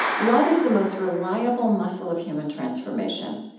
love is the most reliable muscle of human transformation.